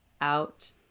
Out